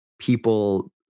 people